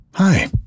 Hi